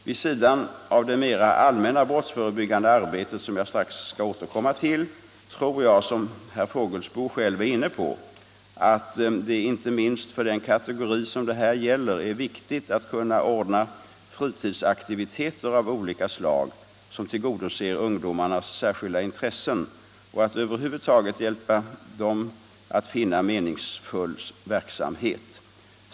Vid sidan av det mera allmänna brottsförebyggande arbetet som jag strax skall återkomma till tror jag — som herr Fågelsbo själv är inne på — att det inte minst för den kategori som det här gäller är viktigt att kunna ordna fritidsaktiviteter av olika slag som tillgodoser ungdomarnas särskilda intressen och att över huvud taget hjälpa dem att finna meningsfull verksamhet.